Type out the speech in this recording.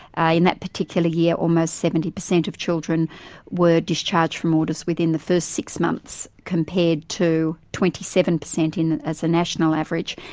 ah in that particular year almost seventy per cent of children were discharged from orders within the first six months compared to twenty seven per cent in, as a national national average,